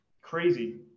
Crazy